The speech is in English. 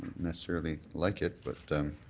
necessarily like it but.